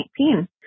2019